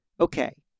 Okay